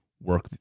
work